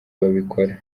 babikora